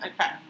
Okay